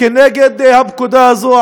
כנגד הפקודה הזו.